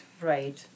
Right